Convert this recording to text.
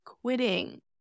quitting